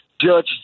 Judge